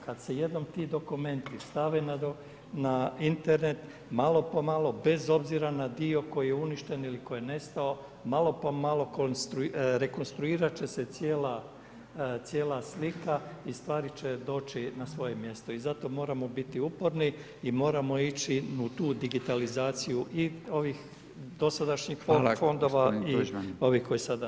Kada se jednom ti dokumenti stave na Internet, malo po malo, bez obzira na dio koji je uništen ili koji je nestao malo po malo rekonstruirati će se cijela slika i stvari će doći na svoje mjesto i zato moramo biti uporni i moramo ići u tu digitalizaciju i ovih dosadašnjih fondova i ovih koji sada nastaju.